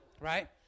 right